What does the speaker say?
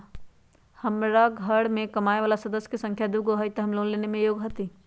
हमार घर मैं कमाए वाला सदस्य की संख्या दुगो हाई त हम लोन लेने में योग्य हती?